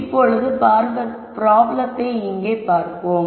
இப்பொழுது ப்ராப்ளத்தை இங்கே பார்ப்போம்